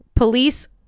Police